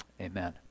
Amen